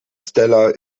stella